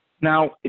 Now